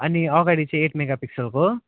अनि अगाडि चाहिँ एट मेगा पिक्सलको